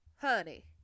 Honey